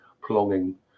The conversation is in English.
prolonging